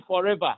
forever